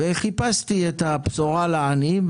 חיפשתי את הבשורה לעניים.